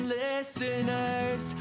listeners